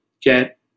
get